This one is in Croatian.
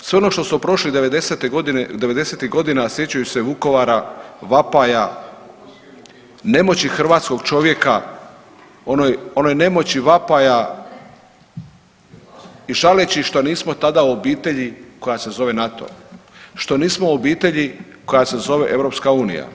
Sve ono što smo prošli devedesetih godina sjećajući se Vukovara, vapaja, nemoći hrvatskog čovjeka, onoj nemoći vapaja i žaleći što nismo tada u obitelji koja se zove NATO, što nismo u obitelji koja se zove EU.